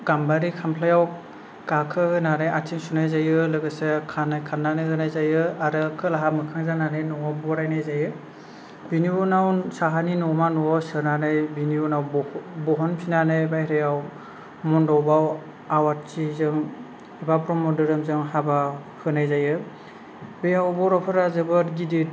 गामबारि खामफ्लाइआव गाखोहोनानै आथिं सुनाय जायो आरो लोगोसे खानाय खानानै होनाय जायो आरो खोलाहा मोखां जानानै न'आव बरायनाय जायो बेन उनाव साहानि न'मा न'आव सोनानै बेनि उनाव बहन बहनफिन्नानै बाहायरायाव मन्डपआव आवाथि जों एबा ब्रम्ह धोरोमजों हाबा होनाय जायो बेयाव बर' फ्रा जोबोत गिदिर